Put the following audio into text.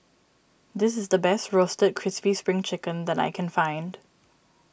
this is the best Roasted Crispy Spring Chicken that I can find